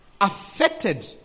affected